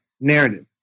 narrative